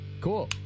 Cool